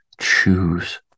choose